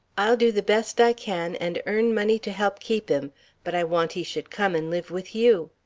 i'll do the best i can and earn money to help keep him but i want he should come and live with you.